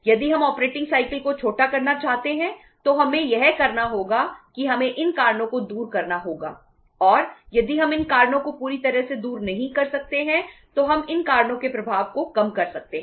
यदि हम operating cycle को छोटा करना चाहते हैं तो हमें यह करना होगा कि हमें इन कारणों को दूर करना होगा और यदि हम इन कारणों को पूरी तरह से दूर नहीं कर सकते हैं तो हम इन कारणों के प्रभाव को कम कर सकते हैं